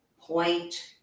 Point